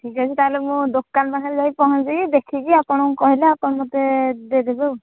ଠିକ୍ ଅଛି ତାହେଲେ ମୁଁ ଦୋକାନ ପାଖରେ ଯାଇ ପହଁଞ୍ଚିକି ଦେଖିକି ଆପଣଙ୍କୁ କହିଲେ ଆପଣ ମୋତେ ଦେଇଦେବେ ଆଉ